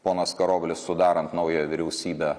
ponas karoblis sudarant naują vyriausybę